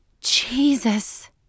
Jesus